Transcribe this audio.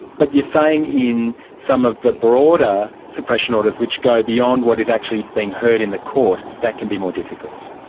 but you're saying in some of the broader suppression orders which go beyond what is actually being heard in the court, that can be more difficult.